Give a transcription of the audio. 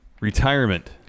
retirement